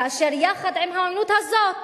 כאשר יחד עם העוינות הזאת